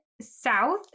south